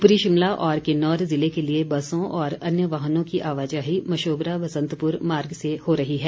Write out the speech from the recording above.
ऊपरी शिमला और किन्नौर जिले के लिए बसों और अन्य वाहनों की आवाजाही मशोबरा बसंतपुर मार्ग से हो रही है